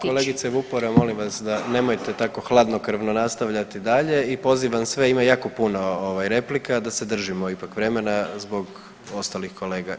Kolegice Vupora molim vas da nemojte tako hladnokrvno nastavljati dalje i pozivam sve, ima jako puno ovaj replika da se držimo ipak vremena zbog ostalih kolega.